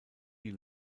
die